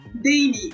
daily